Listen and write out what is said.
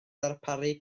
ddarparu